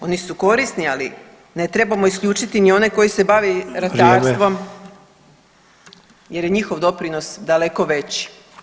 Oni su korisni, ali ne trebamo isključiti ni one koji se bave ratarstvom [[Upadica: Vrijeme.]] jer je njihov doprinos daleko veći.